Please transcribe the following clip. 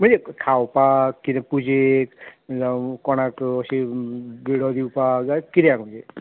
म्हणजे खावपाक किदें पुजेक जावं कोणाक अशी विडो दिवपाक गाय किद्याक म्हणजे